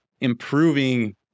improving